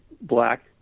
black